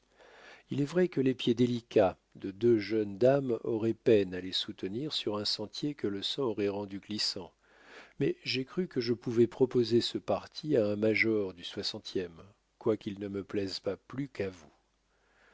il est vrai que les pieds délicats de deux jeunes dames auraient peine à les soutenir sur un sentier que le sang aurait rendu glissant mais j'ai cru que je pouvais proposer ce parti à un major du soixantième quoiqu'il ne me plaise pas plus qu'à vous